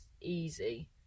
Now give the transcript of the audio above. easy